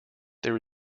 there